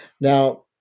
Now